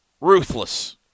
Ruthless